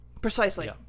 Precisely